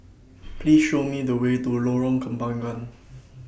Please Show Me The Way to Lorong Kembagan